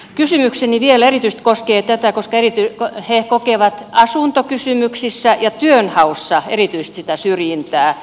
kysymykseni vielä erityisesti koskee tätä että he kokevat erityisesti asuntokysymyksissä ja työnhaussa sitä syrjintää